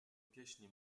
pieśni